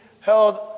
held